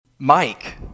mike